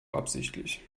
absichtlich